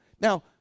Now